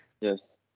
Yes